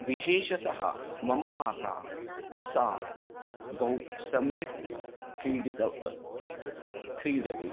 विशेषतः मम माता सा बहुसम्यक् क्रीडितवती क्रीडति